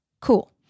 Cool